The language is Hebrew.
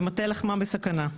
ומטה לחמם בסכנה,